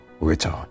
return